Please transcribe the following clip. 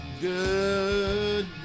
Good